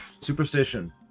Superstition